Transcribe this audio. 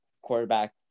quarterback